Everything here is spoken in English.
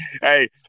hey